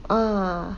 ah